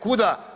Kuda?